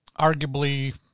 arguably